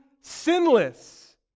sinless